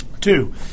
Two